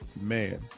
Man